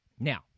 Now